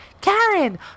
Karen